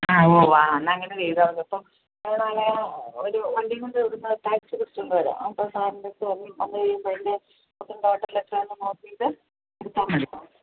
ആ ഓ ആ എന്നാൽ അങ്ങനെ ചെയ്താൽ മതി അപ്പം ഒരാൾ ഒരു വണ്ടിയും കൊണ്ട് വരുമ്പോൾ ടാക്സി പിടിച്ചുകൊണ്ട് വരാം അപ്പോൾ സാറിൻ്റെ അടുത്ത് വന്ന് കഴിയുമ്പോൾ ആ സാധനം കണ്ട് ടോട്ടൽ എത്രയുണ്ടെന്ന് നോക്കിയിട്ട് വിളിച്ചാൽ മതി സാറ്